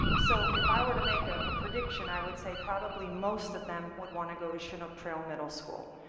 so if i were to make a prediction, i would say probably most of them would want to go to chinook trail middle school.